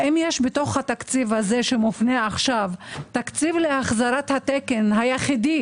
האם יש בתקציב הזה שמופנה עכשיו - תקציב להחזרת התקן היחיד,